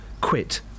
quit